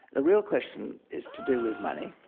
the real question is to do with money,